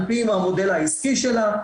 על פי המודל העסקי שלה,